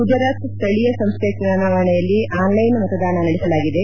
ಗುಜರಾತ್ ಸ್ವೀಯ ಸಂಸ್ಟೆ ಚುನಾವಣೆಯಲ್ಲಿ ಆನ್ಲೈನ್ ಮತದಾನ ನಡೆಸಲಾಗಿದೆ